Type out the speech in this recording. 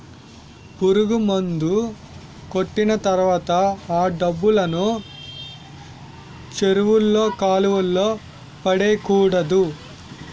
పురుగుమందు కొట్టిన తర్వాత ఆ డబ్బాలను చెరువుల్లో కాలువల్లో పడేకూడదు